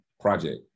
project